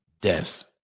death